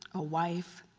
a wife,